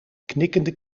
knikkende